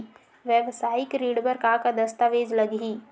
वेवसायिक ऋण बर का का दस्तावेज लगही?